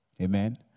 Amen